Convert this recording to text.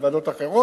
ויש ועדות אחרות.